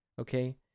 okay